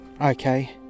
okay